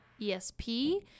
esp